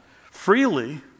freely